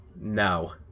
No